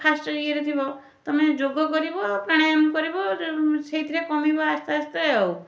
first ଇଏରେ ଥିବ ତମେ ଯୋଗ କରିବ ପ୍ରାଣାୟମ କରିବ ସେଇଥିରେ କମିବ ଆସ୍ତେ ଆସ୍ତେ ଆଉ